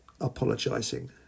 apologising